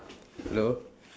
hello